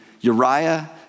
Uriah